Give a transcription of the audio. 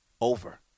Over